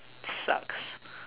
sucks